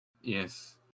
Yes